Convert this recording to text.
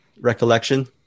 recollection